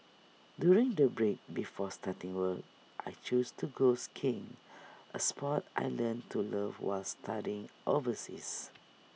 during the break before starting work I chose to go skiing A Sport I learnt to love while studying overseas